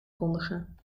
kondigen